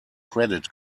credit